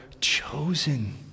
chosen